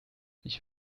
ich